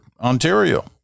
Ontario